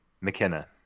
McKenna